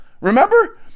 Remember